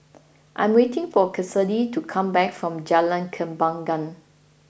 I am waiting for Kassidy to come back from Jalan Kembangan